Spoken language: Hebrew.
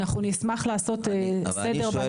אנחנו נשמח לעשות סדר בנושא הזה.